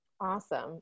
awesome